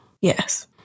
yes